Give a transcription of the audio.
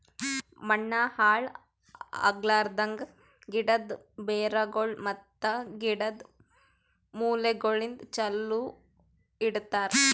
ಮಣ್ಣ ಹಾಳ್ ಆಗ್ಲಾರ್ದಂಗ್, ಗಿಡದ್ ಬೇರಗೊಳ್ ಮತ್ತ ಗಿಡದ್ ಮೂಲೆಗೊಳಿಗ್ ಚಲೋ ಇಡತರ್